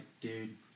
dude